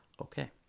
Okay